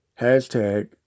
Hashtag